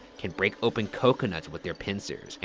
can break open coconuts with their pincers,